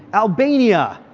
albania.